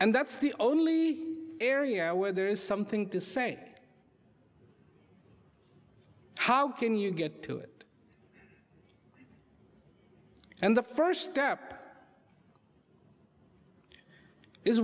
and that's the only area where there is something to say how can you get to it and the first step is